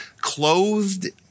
clothed